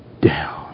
down